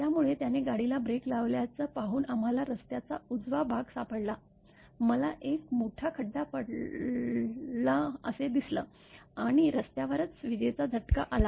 त्यामुळे त्याने गाडीला ब्रेक लावल्याचं पाहून आम्हाला रस्त्याचा उजवा भाग सापडला मला एक मोठा खड्डा पडला असे दिसलं आणि रस्त्यावरच विजेचा झटका आला